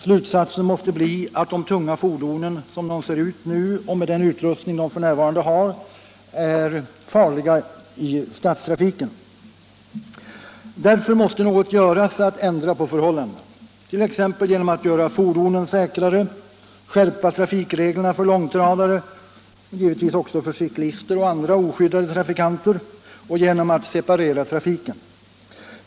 Slutsatsen måste bli att de tunga fordonen, som dessa nu ser ut och med den utrustning de f.n. har, är farliga i stadstrafiken. Därför måste något göras för att ändra på förhållandena, t.ex. genom att göra fordonen säkrare, genom att skärpa trafikreglerna för långtradare och för cyklister och andra oskyddade trafikanter och genom att separera trafiken.